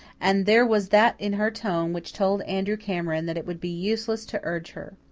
and there was that in her tone which told andrew cameron that it would be useless to urge her.